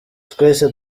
twese